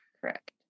Correct